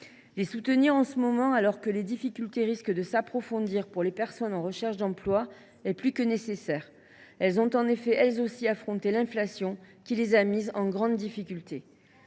Les soutenir en ce moment, alors que les difficultés risquent de s’accentuer pour les personnes en recherche d’emploi, est plus que nécessaire. Elles ont en effet elles aussi affronté l’inflation, qui les a mises en grande difficulté.